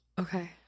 okay